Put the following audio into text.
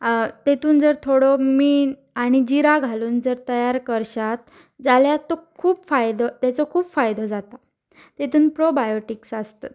तेतून जर थोडो मींट आनी जिरा घालून जर तयार करशात जाल्यार तो खूब फायदो तेचो खूब फायदो जाता तेतून प्रोबायोटिक्स आसतात